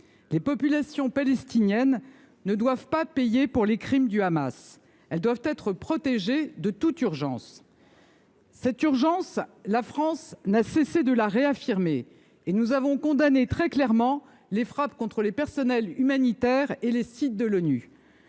Les populations palestiniennes ne doivent pas payer pour les crimes du Hamas. Elles doivent être protégées de toute urgence. Cette urgence, la France n’a cessé de la réaffirmer, et nous avons condamné très clairement les frappes contre les personnels humanitaires et les sites de l’ONU.